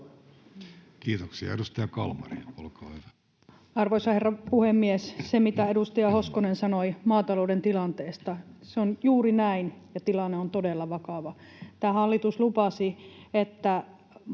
muuttamisesta Time: 15:51 Content: Arvoisa herra puhemies! Se, mitä edustaja Hoskonen sanoi maatalouden tilanteesta, on juuri näin, ja tilanne on todella vakava. Tämä hallitus lupasi, että